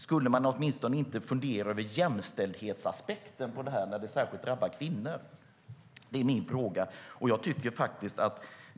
Skulle man inte åtminstone kunna fundera över jämställdhetsaspekten då det här särskilt drabbar kvinnor? Det är min fråga.